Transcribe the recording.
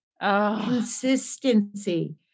consistency